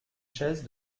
chaise